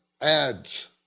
Ads